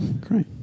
Great